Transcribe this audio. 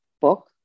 book